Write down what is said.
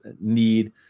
need